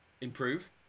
improve